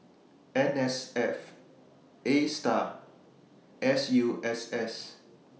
N S F A STAR and S U S S